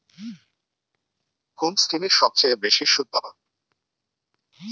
কোন স্কিমে সবচেয়ে বেশি সুদ পাব?